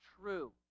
true